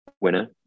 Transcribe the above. winner